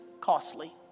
costly